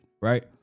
right